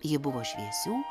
ji buvo šviesių